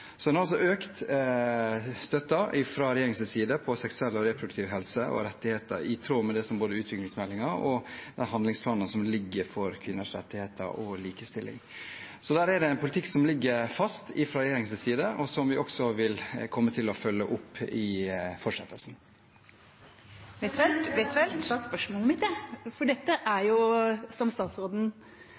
har man altså økt støtten til seksuell og reproduktiv helse og rettigheter, i tråd med både utviklingsmeldingen og de handlingsplanene som foreligger for kvinners rettigheter og likestilling. Der er det en politikk som ligger fast fra regjeringens side, og som vi også vil komme til å følge opp i fortsettelsen. Jeg tror jeg bare må gjenta spørsmålet mitt. Dette er – som statsråden